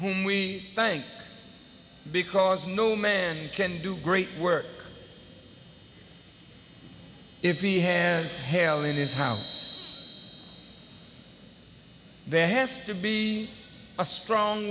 whom we thank because no man can do great work if he has hell in his house there has to be a strong